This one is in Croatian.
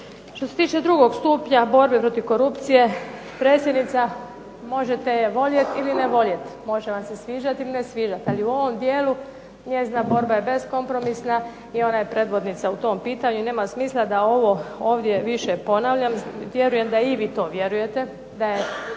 Što se tiče drugog stupnja borbe protiv korupcije predsjednica možete je voljeti ili ne voljeti, može vam se sviđati ili ne sviđati. Ali u ovom dijelu njezina borba je beskompromisna i ona je predvodnica u tom pitanju i nema smisla da ovo ovdje više ponavljam. Vjerujem da i vi to vjerujete da je